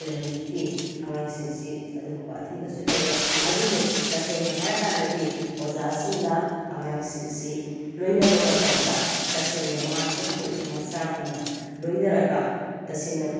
ꯑꯩꯈꯣꯏ ꯍꯧꯖꯤꯛꯇꯤ ꯑꯉꯥꯡꯁꯤꯡꯁꯤ ꯑꯗꯨꯒꯨꯝꯕ ꯑꯊꯤꯡꯕꯁꯨ ꯂꯩꯔꯦ ꯑꯗꯨꯕꯨ ꯇꯁꯦꯡꯅ ꯍꯥꯏꯔꯀꯥꯟꯗꯗꯤ ꯑꯣꯖꯥꯁꯤꯡꯅ ꯑꯉꯥꯡꯁꯤꯡꯁꯤ ꯂꯣꯏꯅꯕ ꯃꯇꯝꯗ ꯇꯁꯦꯡꯅ ꯃꯥꯅꯍꯦꯛ ꯄꯣꯛꯏꯕ ꯃꯆꯥꯒꯨꯝꯅ ꯂꯣꯏꯅꯔꯒ ꯇꯁꯦꯡꯅ